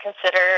consider